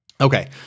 Okay